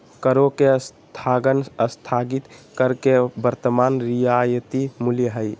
करों के स्थगन स्थगित कर के वर्तमान रियायती मूल्य हइ